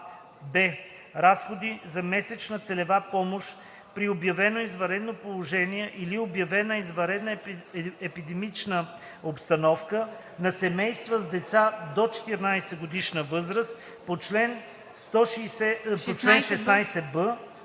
б) разходи за месечна целева помощ при обявено извънредно положение или обявена извънредна епидемична обстановка на семейства с деца до 14-годишна възраст по чл. 16б